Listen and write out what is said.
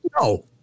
No